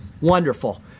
Wonderful